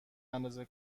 اندازه